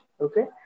okay